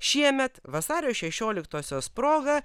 šiemet vasario šešioliktosios proga